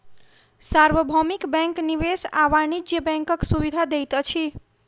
सार्वभौमिक बैंक निवेश आ वाणिज्य बैंकक सुविधा दैत अछि